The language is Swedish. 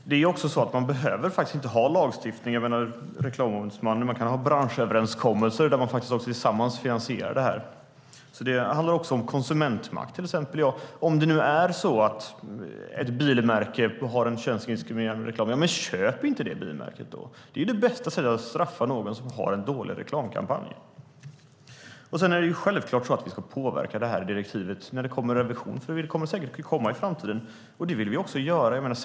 Herr talman! Man behöver faktiskt inte ha lagstiftning för att ha en reklamombudsman. Man kan ha branschöverenskommelser där man tillsammans finansierar detta. Det handlar också om konsumentmakt. Om det nu är så att ett bilmärke har en könsdiskriminerande reklam - köp inte det bilmärket då! Det är ju det bästa sättet att straffa någon som har en dålig reklamkampanj. Vi ska självklart påverka det här direktivet när det kommer revisioner, för det kommer säkert att komma i framtiden. Det vill vi också göra.